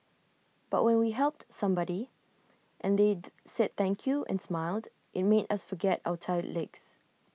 but when we helped somebody and they said thank you and smiled IT made us forget our tired legs